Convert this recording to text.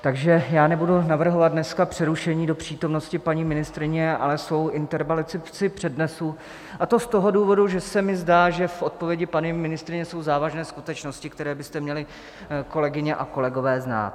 Takže já nebudu navrhovat dneska přerušení do přítomnosti paní ministryně, ale svou interpelaci přednesu, a to z toho důvodu, že se mi zdá, že v odpovědi paní ministryně jsou závažné skutečnosti, které byste měli, kolegyně a kolegové, znát.